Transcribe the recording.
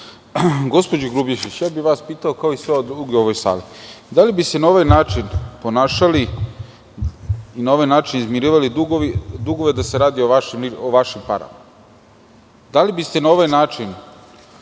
grupe. Gospođo Grubješić, pitao bih vas, kao i sve druge u ovoj sali, da li bi se na ovaj način ponašali i na ovaj način izmirivali dugove da se radi o vašim parama? Da li biste na ovaj način